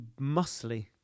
muscly